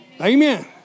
Amen